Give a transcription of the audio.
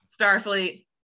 Starfleet